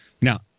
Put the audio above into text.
Now